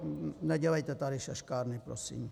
Nedělejte tady šaškárny prosím.